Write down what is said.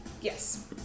Yes